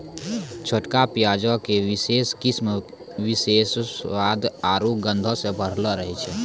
छोटका प्याजो के विशेष किस्म विशेष स्वाद आरु गंधो से भरलो रहै छै